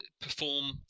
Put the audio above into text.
perform